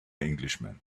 englishman